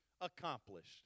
accomplished